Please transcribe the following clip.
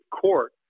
court